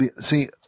see